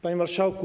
Panie Marszałku!